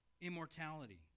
immortality